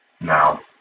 Now